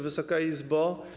Wysoka Izbo!